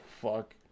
fuck